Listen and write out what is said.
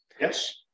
Yes